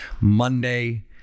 Monday